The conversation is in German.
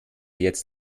jetzt